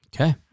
Okay